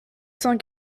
cent